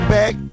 back